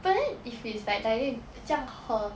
but then if it's like directly 这样喝